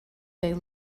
they